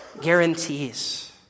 guarantees